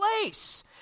place